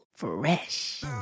Fresh